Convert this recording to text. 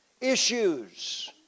issues